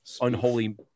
unholy